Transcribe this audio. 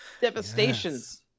devastations